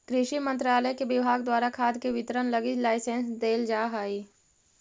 कृषि मंत्रालय के विभाग द्वारा खाद के वितरण लगी लाइसेंस देल जा हइ